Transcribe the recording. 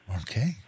Okay